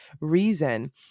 reason